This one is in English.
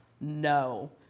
no